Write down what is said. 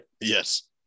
Yes